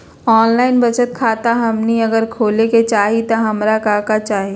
Online बचत खाता हमनी अगर खोले के चाहि त हमरा का का चाहि?